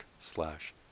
slash